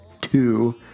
two